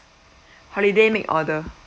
holiday make order